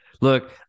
Look